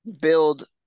build